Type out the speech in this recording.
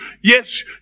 yes